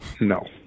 No